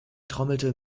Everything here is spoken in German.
trommelte